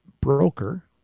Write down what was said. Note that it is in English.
broker